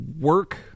Work